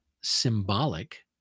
symbolic